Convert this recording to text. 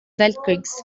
weltkriegs